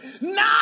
No